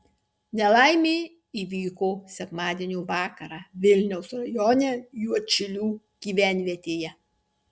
nelaimė įvyko sekmadienio vakarą vilniaus rajone juodšilių gyvenvietėje